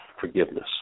forgiveness